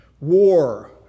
war